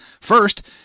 first